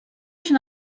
się